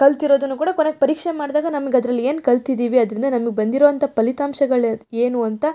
ಕಲ್ತಿರೋದನ್ನು ಕೂಡ ಕೊನೆಗೆ ಪರೀಕ್ಷೆ ಮಾಡಿದಾಗ ನಮ್ಗೆ ಅದ್ರಲ್ಲಿ ಏನು ಕಲ್ತಿದ್ದೀವಿ ಅದರಿಂದ ನಮಗೆ ಬಂದಿರೋವಂಥ ಪಲಿತಾಂಶಗಳು ಏನು ಅಂತ